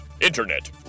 Internet